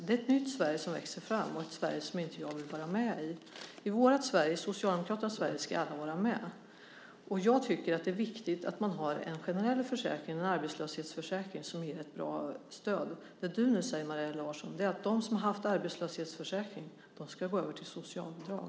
Det är ett nytt Sverige som växer fram och ett Sverige som inte jag vill vara med i. I Socialdemokraternas Sverige ska alla vara med. Jag tycker att det är viktigt att man har en generell försäkring, en arbetslöshetsförsäkring, som ger ett bra stöd. Det du nu säger, Maria Larsson, är att de som har haft stöd från arbetslöshetsförsäkringen ska gå över till socialbidrag.